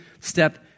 step